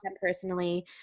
personally